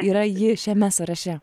yra ji šiame sąraše